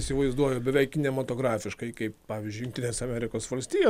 įsivaizduoju beveik kinematografiškai kaip pavyzdžiui jungtinės amerikos valstijos